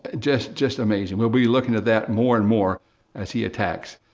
just, just amazing. we'll be looking at that more and more as he attacks.